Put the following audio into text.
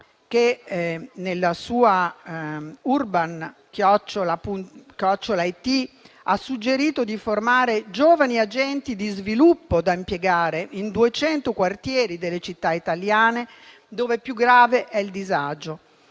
che nella sua Urban@it ha suggerito di formare giovani agenti di sviluppo da impiegare in 200 quartieri delle città italiane dove più grave è il disagio.